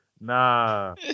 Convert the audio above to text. Nah